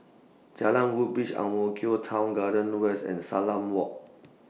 Jalan Woodbridge Ang Mo Kio Town Garden West and Salam Walk